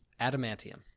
Adamantium